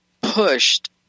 pushed